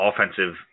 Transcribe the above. offensive